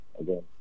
again